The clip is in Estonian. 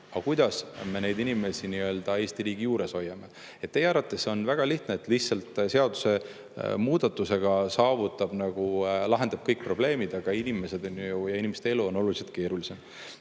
kuidas me neid inimesi Eesti riigi juures hoiame? Teie arvates on väga lihtne, et lihtsalt seadusemuudatusega lahendab kõik probleemid, aga inimesed, inimeste elu on oluliselt keerulisem.